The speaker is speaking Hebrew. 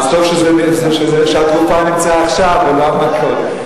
אז טוב שהתרופה נמצאה עכשיו ולא המכות.